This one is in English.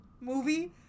movie